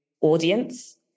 audience